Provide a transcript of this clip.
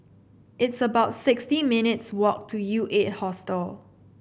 it's about sixty minutes' walk to UEight Hostel